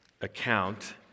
account